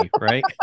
Right